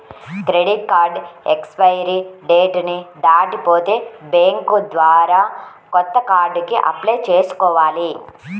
credit card expiry date ని దాటిపోతే bank ద్వారా కొత్త కార్డుకి అప్లై చేసుకోవాలి